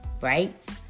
Right